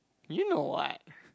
you know what